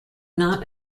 not